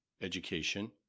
education